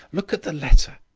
look at the letter.